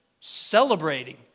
Celebrating